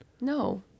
No